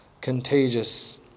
contagious